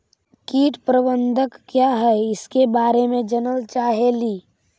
कीट प्रबनदक क्या है ईसके बारे मे जनल चाहेली?